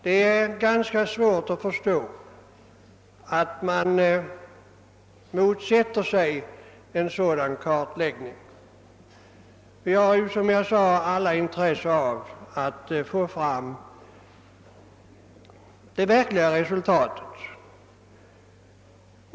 Det är ganska svårt att förstå att man motsätter sig en sådan Vi har som sagt alla intresse av att få fram det verkliga resultatet.